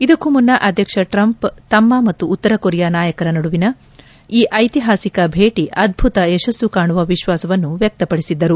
ಇದಕ್ಕೂ ಮುನ್ನ ಅಧ್ಯಕ್ಷ ಟ್ರಂಪ್ ತಮ್ಮ ಮತ್ತು ಉತ್ತರ ಕೊರಿಯಾ ನಾಯಕರ ನಡುವಣ ಈ ಐತಿಹಾಸಿಕ ಭೇಟಿ ಅದ್ಲುತ ಯಶಸ್ಸು ಕಾಣುವ ವಿಶ್ವಾಸವನ್ನು ವ್ಯಕ್ತಪಡಿಸಿದ್ದರು